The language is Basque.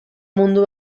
mundu